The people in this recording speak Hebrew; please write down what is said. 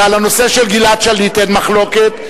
ועל הנושא של גלעד שליט אין מחלוקת.